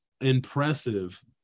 impressive